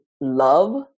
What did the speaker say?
love